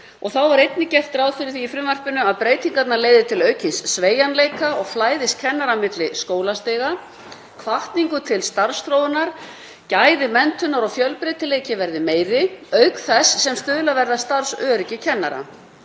Þá er einnig gert ráð fyrir því í frumvarpinu að breytingarnar leiði til aukins sveigjanleika og flæðis kennara milli skólastiga, hvatning til starfsþróunar, gæði menntunar og fjölbreytileiki verði meiri, auk þess sem stuðlað verði að starfsöryggi kennara.